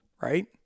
right